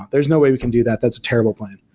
there's no way we can do that. that's a terrible plan.